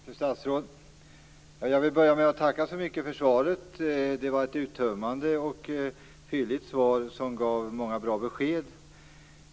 Herr talman! Fru statsråd! Jag vill börja med att tacka så mycket för svaret. Det var ett uttömmande och tydligt svar, som gav många bra besked.